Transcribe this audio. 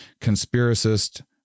conspiracist